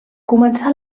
començà